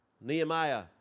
Nehemiah